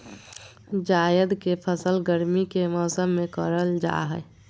जायद के फसल गर्मी के मौसम में करल जा हइ